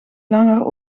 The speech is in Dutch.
langer